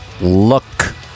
Look